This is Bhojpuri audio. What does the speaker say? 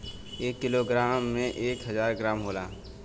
एक किलोग्राम में एक हजार ग्राम होला